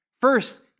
First